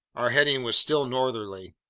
our heading was still northerly.